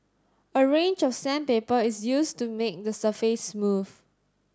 a range of sandpaper is used to make the surface smooth